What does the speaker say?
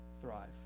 thrive